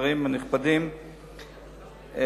שרים נכבדים,